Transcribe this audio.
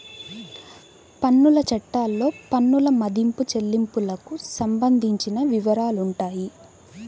పన్నుల చట్టాల్లో పన్నుల మదింపు, చెల్లింపులకు సంబంధించిన వివరాలుంటాయి